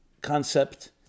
concept